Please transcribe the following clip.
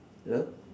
hello